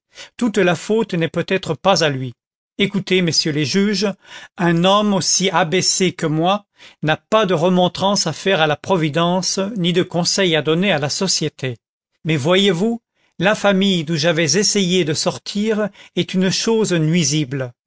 toute la faute n'est peut-être pas à lui écoutez messieurs les juges un homme aussi abaissé que moi n'a pas de remontrance à faire à la providence ni de conseil à donner à la société mais voyez-vous l'infamie d'où j'avais essayé de sortir est une chose nuisible